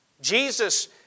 Jesus